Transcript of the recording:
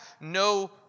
no